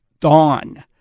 dawn